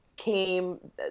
Came